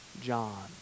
john